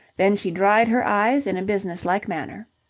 then she dried her eyes in a business-like manner.